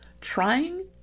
trying